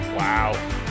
Wow